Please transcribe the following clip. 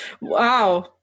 wow